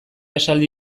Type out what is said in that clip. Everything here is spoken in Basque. esaldi